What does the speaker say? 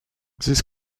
this